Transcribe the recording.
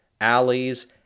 alleys